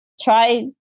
try